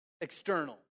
external